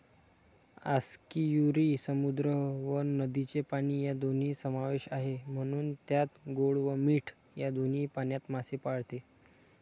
आस्कियुरी समुद्र व नदीचे पाणी या दोन्ही समावेश आहे, म्हणून त्यात गोड व मीठ या दोन्ही पाण्यात मासे पाळते